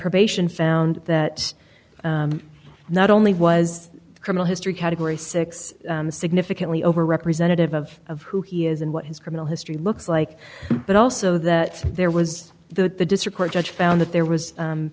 probation found that not only was criminal history category six significantly over representative of of who he is and what his criminal history looks like but also that there was that the district court judge found that there was